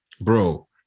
bro